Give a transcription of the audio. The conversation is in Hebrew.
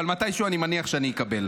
אבל מתישהו אני מניח שאני אקבל.